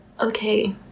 Okay